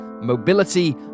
mobility